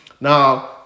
Now